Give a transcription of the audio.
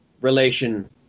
relation